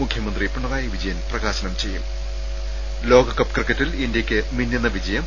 മുഖ്യമന്ത്രി പിണറായി വിജയൻ പ്രകാശനം ചെയ്യും ലോകകപ്പ് ക്രിക്കറ്റിൽ ഇന്തൃക്ക് മിന്നുന്ന വിജയം